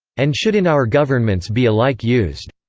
and should in our governments be alike used,